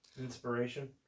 inspiration